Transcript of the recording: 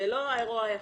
זה לא האירוע היחיד.